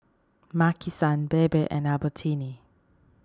Maki San Bebe and Albertini